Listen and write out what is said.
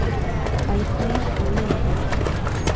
Pipe line ಒಳ್ಳೆಯದೇ?